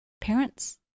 Parents